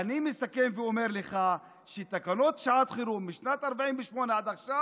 אני מסכם ואומר לך שתקנות שעת חירום משנת 48' עד עכשיו